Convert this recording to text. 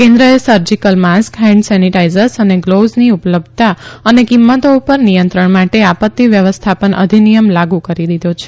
કેન્દ્રએ surgical mask hand sanitizers અને ગ્લોવ્સની ઉપલબ્ધતા અને કિંમતો ઉપર નિયંત્રણ મો આપત્તિ વ્યવસ્થાપન અધિનિયમ લાગુ કરી દીધો છે